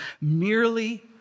merely